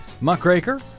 muckraker